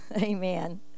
Amen